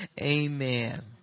amen